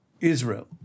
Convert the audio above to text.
Israel